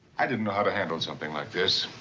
i didn't know how to handle something like this.